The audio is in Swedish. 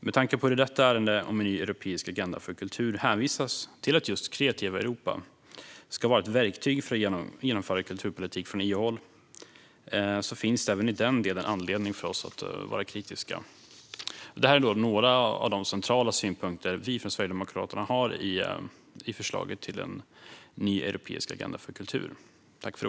Med tanke på att det i detta ärende om en ny europeisk agenda för kultur hänvisas till att just Kreativa Europa ska vara ett verktyg för att genomföra kulturpolitik från EU-håll finns det även i den delen anledning för oss att vara kritiska. Detta är några av de centrala synpunkter vi från Sverigedemokraterna har på förslaget om en ny europeisk agenda för kultur.